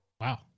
wow